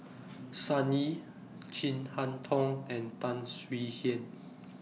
Sun Yee Chin Harn Tong and Tan Swie Hian